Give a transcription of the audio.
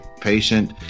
patient